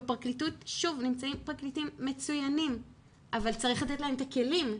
בפרקליטות נמצאים פרקליטים מצוינים אבל צריך לתת להם את הכלים,